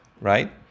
right